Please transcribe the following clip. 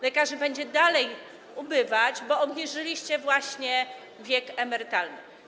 Lekarzy będzie nadal ubywać, bo obniżyliście właśnie wiek emerytalny.